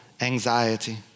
anxiety